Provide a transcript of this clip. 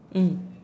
mm